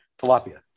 tilapia